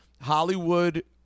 hollywood